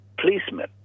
policemen